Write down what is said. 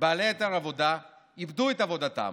והם בעלי היתר עבודה ואיבדו את עבודתם.